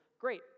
great